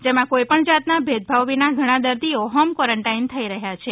જેમાં કોઈ પણ જાત ના ભેદભાવ વિના ઘણા દર્દીઓ હોમ કોરોનટાઈન થઈ રહ્યા છે